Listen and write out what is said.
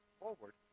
forward